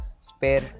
spare